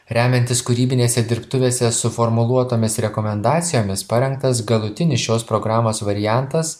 remiantis kūrybinėse dirbtuvėse suformuluotomis rekomendacijomis parengtas galutinis šios programos variantas